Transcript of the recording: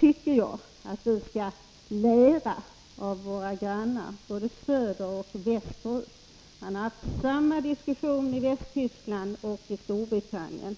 tycker att vi skall lära av våra grannar både söderut och västerut. Man har haft samma diskussion i Västtyskland och i Storbritannien.